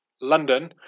London